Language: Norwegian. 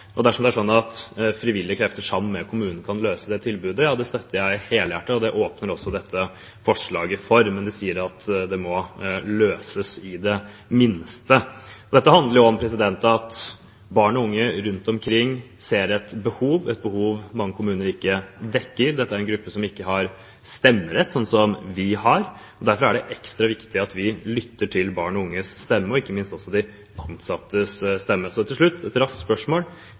tatt. Dersom frivillige krefter sammen med kommunen kan løse det tilbudet, støtter jeg det helhjertet, og det åpner også dette forslaget for, men det sier at det i det minste må løses. Dette handler om at barn og unge rundt omkring ser et behov, et behov mange kommuner ikke dekker. Dette er en gruppe som ikke har stemmerett, som vi har. Derfor er det ekstra viktig at vi lytter til barn og unges stemme, og ikke minst også til de ansattes stemme. Til slutt et raskt spørsmål